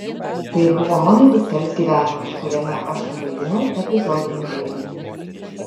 tai buvo mano dukters gyvenimas kuriame aš tevaidinau epizodinį vaidmenį